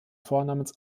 vornamens